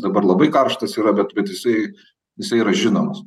dabar labai karštas yra bet bet jisai jisai yra žinomas